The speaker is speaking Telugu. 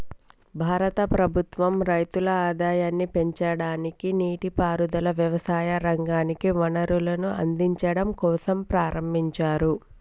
భారత ప్రభుత్వం రైతుల ఆదాయాన్ని పెంచడానికి, నీటి పారుదల, వ్యవసాయ రంగానికి వనరులను అందిచడం కోసంప్రారంబించారు